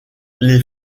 les